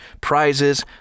prizes